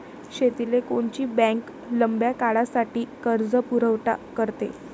शेतीले कोनची बँक लंब्या काळासाठी कर्जपुरवठा करते?